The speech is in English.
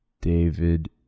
David